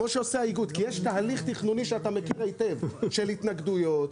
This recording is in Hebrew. כי יש תהליך תכנוני שאתה מכיר היטב של התנגדויות,